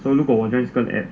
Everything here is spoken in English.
so 如果我 join 这个 app